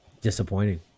Disappointing